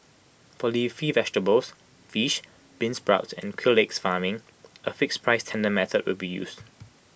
for leafy vegetables fish beansprouts and quail egg farming A fixed price tender method will be used